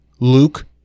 Luke